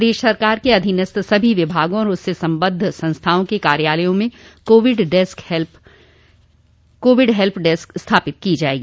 प्रदेश सरकार के अधीनस्थ सभी विभागों और उससे संबद्ध संस्थाओं के कार्यालयों में कोविड हेल्प डेस्क स्थापित की जायेगी